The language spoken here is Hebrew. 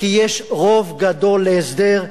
כי יש רוב גדול להסדר,